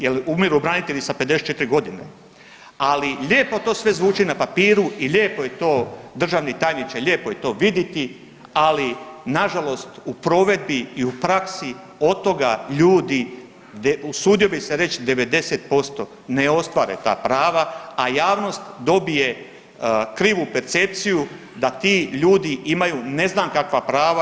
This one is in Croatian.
Jer umiru branitelji sa 54 godine, ali lijepo to sve zvuči na papiru i lijepo je to državni tajniče, lijepo je to vidjeti, ali nažalost u provedbi i u praksi od toga ljudi, usudio bih se reći, 90% ne ostvare ta prava, a javnost dobije krivu percepciju da ti ljudi imaju ne znam kakva prava.